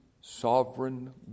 sovereign